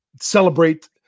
celebrate